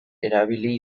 erabilia